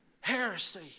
Heresy